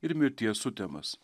ir mirties sutemas